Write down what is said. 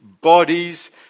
bodies